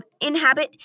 inhabit